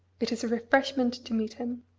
it is a refreshment to meet him.